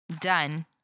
Done